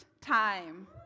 time